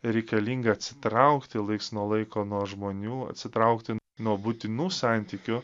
reikalinga atsitraukti laiks nuo laiko nuo žmonių atsitraukti nuo būtinų santykių